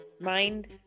Mind